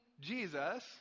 Jesus